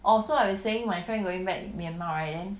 oh so I was saying my friend going back myanmar right then